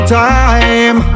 time